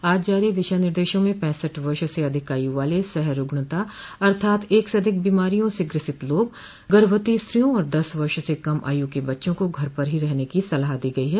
आज जारी दिशा निर्देशा में पैंसठ वर्ष से अधिक आयु वाले सहरूग्णता अर्थात एक से अधिक बीमारियों से ग्रसित लोग गर्भवती स्त्रियों और दस वर्ष से कम आयू के बच्चों को घर पर ही रहने की सलाह दी गई है